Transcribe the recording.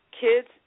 kids